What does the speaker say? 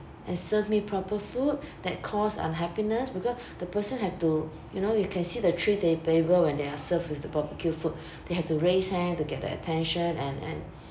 and serve me proper food that caused unhappiness because the person have to you know you can see the three ta~ table when they are served with the barbecue food they had to raise hand to get the attention and and